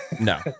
No